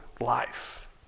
life